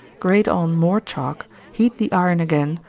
grate on more chalk, heat the iron again,